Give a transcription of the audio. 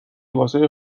واسه